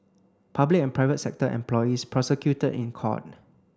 public and private sector employees prosecuted in court